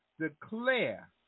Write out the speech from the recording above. Declare